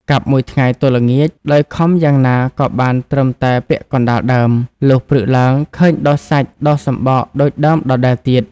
កាប់មួយថ្ងៃទល់ល្ងាច ដោយខំយ៉ាងណាក៏បានត្រឹមតែពាក់កណ្តាលដើម លុះព្រឹកឡើងឃើញដុះសាច់ដុះសំបកដូចដើមដដែលទៀត ។